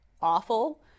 awful